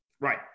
right